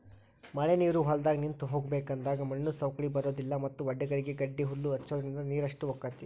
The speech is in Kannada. ಮಳಿನೇರು ಹೊಲದಾಗ ನಿಂತ ಹೋಗಬೇಕ ಅಂದಾಗ ಮಣ್ಣು ಸೌಕ್ಳಿ ಬರುದಿಲ್ಲಾ ಮತ್ತ ವಡ್ಡಗಳಿಗೆ ಗಡ್ಡಿಹಲ್ಲು ಹಚ್ಚುದ್ರಿಂದ ನೇರಷ್ಟ ಹೊಕೈತಿ